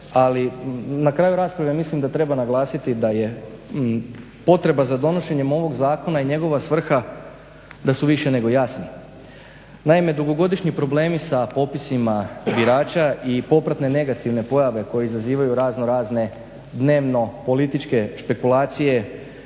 Ali na kraju rasprave mislim da treba naglasiti da je potreba za donošenjem ovog zakona i njegova svrha, da su više nego jasni. Naime, dugogodišnji problemi sa popisima birača i popratne negativne pojave koje izazivaju razno razne dnevno političke špekulacije,